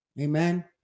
Amen